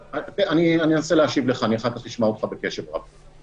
אני אנסה להשיב לך, אני אחר כך אשמע אותך בקשב רב.